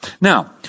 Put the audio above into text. Now